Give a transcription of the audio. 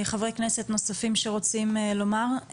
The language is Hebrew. חברי כנסת נוספים שרוצים לומר,